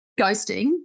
ghosting